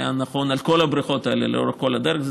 זה היה נכון לגבי כל הבריכות האלה לאורך כל הדרך.